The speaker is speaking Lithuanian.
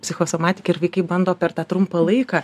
psichosomatika ir vaikai bando per tą trumpą laiką